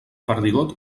perdigot